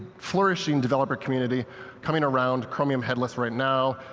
flourishing developer community coming around chromium headless right now,